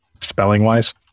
spelling-wise